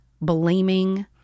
blaming